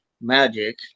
magic